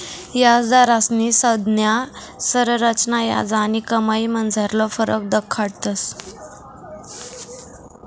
याजदरस्नी संज्ञा संरचना याज आणि कमाईमझारला फरक दखाडस